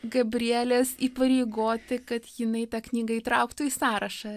gabrielės įpareigoti kad jinai tą knygą įtrauktų į sąrašą